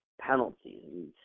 penalties